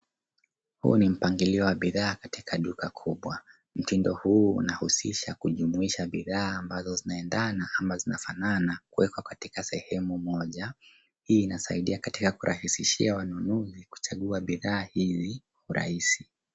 Huu ni mpangilio wa bidhaa katika duka kubwa. Mtindo huu unahusisha kujumuisha bidhaa ambazo zinaendana ama zinafanana kuwekwa katika sehemu moja. Hii inasaidia katika kurahisishia wanunuzi kuchagua bidhaa hivi urahisi.